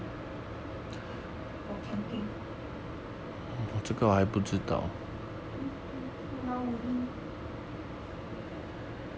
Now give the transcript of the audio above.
for camping um um pulau ubin